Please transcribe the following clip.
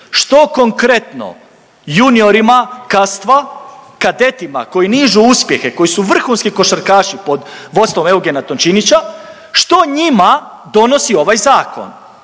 što konkretno juniorima Kastva, kadetima koji nižu uspjehe, koji su vrhunski košarkaši pod vodstvom Eugena Tončinića, što njima donosi ovaj zakon,